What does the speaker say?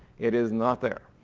it is not there.